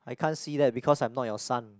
I can't see that because I'm not your son